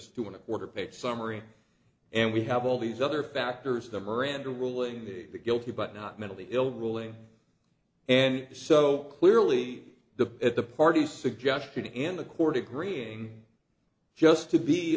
a quarter page summary and we have all these other factors the miranda ruling the guilty but not mentally ill ruling and so clearly the at the party suggested in the court agreeing just to be